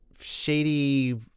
shady